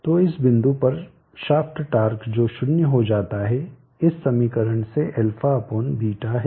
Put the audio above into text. तो इस बिंदु पर शाफ्ट टार्क जो 0 हो जाता है इस समीकरण से αβ है